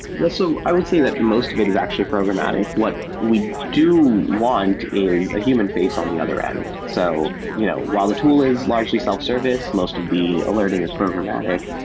well, so i will say that most of it actually programmatic. what we do want is a human face on the other end. so you know while the tool is largely self-service, most of the alerting is programmatic.